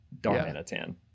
Darmanitan